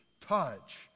touch